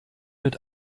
mit